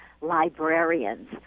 librarians